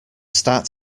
start